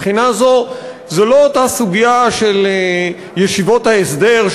מהבחינה הזאת זו לא אותה סוגיה של ישיבות ההסדר,